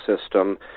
system